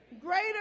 greater